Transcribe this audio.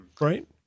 right